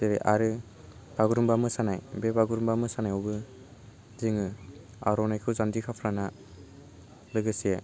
जेरै आरो बागुरुम्बा मोसानाय बे बागुरुम्बा मोसानायावबो जोङो आर'नाइखौ जान्जि खाफ्राना लोगोसे